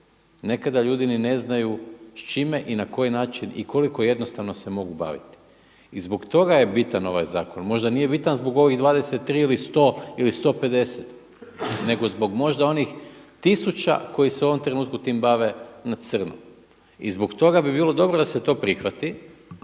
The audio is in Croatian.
nekada ljudi ni ne znaju s čime i na koji način i koliko jednostavno se mogu baviti. I zbog toga je bitan ovaj zakon. Možda nije bitan zbog ovih 23 ili 100 ili 150 nego zbog možda onih tisuća koji se u ovom trenutku time bave na crno. I zbog toga bi bilo dobro da se to prihvati